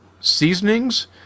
seasonings